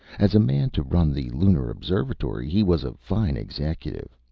as a man to run the lunar observatory, he was a fine executive.